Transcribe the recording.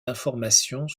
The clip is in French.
informations